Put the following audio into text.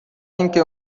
اینکه